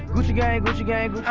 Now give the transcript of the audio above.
gucci gang. gucci gang.